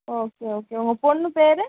okay okay உங்கள் பொண்ணு பேர்